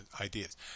ideas